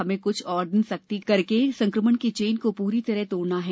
हमें कुछ और दिन सख्ती करके संक्रमण की चेन को प्ररी तरह तोड़ना है